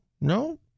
no